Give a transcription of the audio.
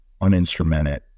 uninstrumented